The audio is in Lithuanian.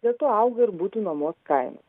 be to auga ir butų nuomos kainos